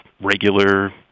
regular